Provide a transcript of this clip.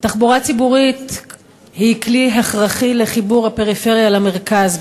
תחבורה ציבורית היא כלי הכרחי לחיבור הפריפריה למרכז,